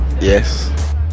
Yes